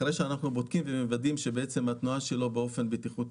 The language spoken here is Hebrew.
אחרי שאנחנו בודקים ומוודאים שהתנועה שלו בטיחותית,